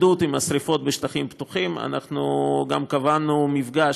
ציוד וכוח אדם, של כב"ה, שקודם כול מגיבים,